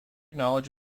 knowledge